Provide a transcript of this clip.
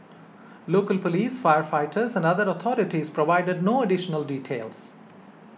local police firefighters and other authorities provided no additional details